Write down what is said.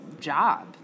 job